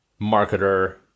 marketer